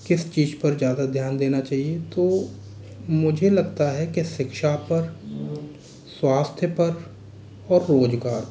किस चीज़ पर ज़्यादा ध्यान देना चाहिए तो मुझे लगता है के शिक्षा पर स्वास्थ पर और रोज़गार पर